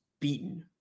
beaten